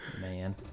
Man